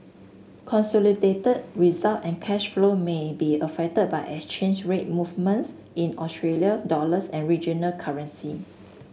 consolidated result and cash flow may be affected by exchange rate movements in Australia dollars and regional currency